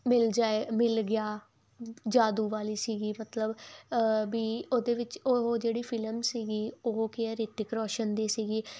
ਮਿਲ ਜਾਏ ਮਿਲ ਗਿਆ ਜਾਦੂ ਵਾਲੀ ਸੀਗੀ ਮਤਲਬ ਵੀ ਉਹਦੇ ਵਿੱਚ ਉਹ ਜਿਹੜੀ ਫਿਲਮ ਸੀਗੀ ਉਹ ਕੀ ਆ ਰਿਤਿਕ ਰੋਸ਼ਨ ਦੀ ਸੀਗੀ